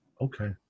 okay